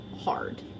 hard